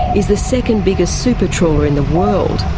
is the second biggest super trawler in the world.